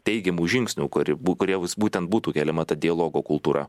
teigiamų žingsnių kur bu kuriems būtent būtų keliama ta dialogo kultūra